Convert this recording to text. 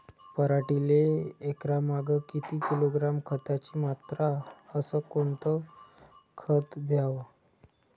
पराटीले एकरामागं किती किलोग्रॅम खताची मात्रा अस कोतं खात द्याव?